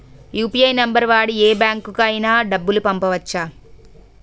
UPI number వాడి యే బ్యాంకుకి అయినా డబ్బులు పంపవచ్చ్చా?